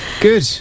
Good